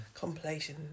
compilation